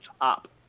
up